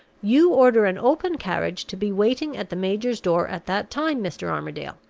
you order an open carriage to be waiting at the major's door at that time, mr. armadale,